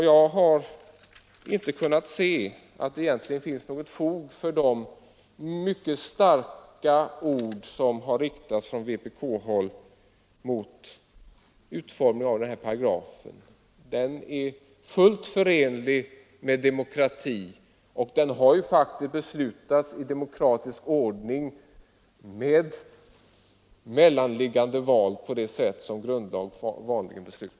Jag har inte kunnat se att det egentligen finns något fog för de mycket starka ord som har riktats från vpk-håll mot utformningen av den här paragrafen. Den är fullt förenlig med demokrati, och den har faktiskt beslutats i demokratisk ordning med mellanliggande val på det sätt som man vanligen fattar grundlagsbeslut.